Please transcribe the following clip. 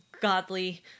godly